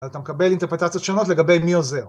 אתה מקבל אינטרפרטציות שונות לגבי מי עוזר.